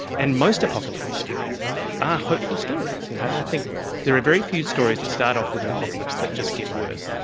and most apocalyptic stories are ah hopeful stories. you know i think there are very few stories that start off with an apocalypse that just get worse,